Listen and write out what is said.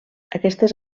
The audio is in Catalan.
aquestes